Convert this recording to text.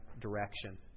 direction